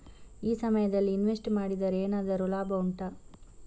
ಈ ಸಮಯದಲ್ಲಿ ಇನ್ವೆಸ್ಟ್ ಮಾಡಿದರೆ ಏನಾದರೂ ಲಾಭ ಉಂಟಾ